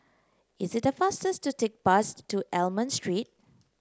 is it faster to take bus to Almond Street